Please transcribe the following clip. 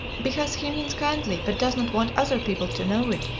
because he means kindly, but does not want other people to know it,